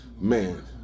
man